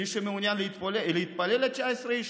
מי שמעוניין להתפלל עד 19 איש,